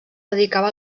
dedicava